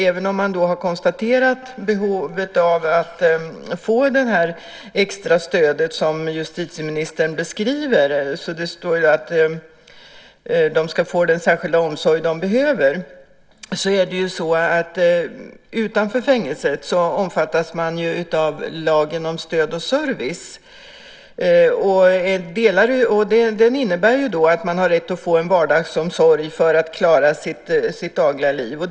Även om behovet av att få extra stöd som justitieministern beskriver har konstaterats - den särskilda omsorg som behövs - omfattas denna person utanför fängelset av lagen om stöd och service. Lagen innebär att personen har rätt till en vardagsomsorg för att klara sitt dagliga liv.